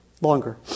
longer